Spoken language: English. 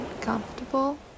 comfortable